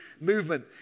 movement